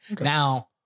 Now